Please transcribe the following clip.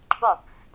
books